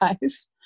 guys